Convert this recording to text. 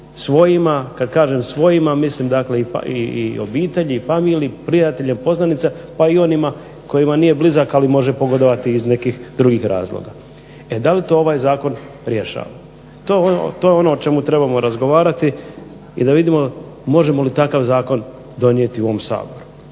svojima. Kad kažem svojima mislim dakle i obitelji i familiji i prijatelje, poznanice pa i onima kojima nije blizak, ali može pogodovati iz nekih drugih razloga. E da li to ovaj zakon rješava? To je ono o čemu trebamo razgovarati i da vidimo možemo li takav zakon donijeti u ovom Saboru.